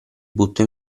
butto